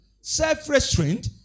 self-restraint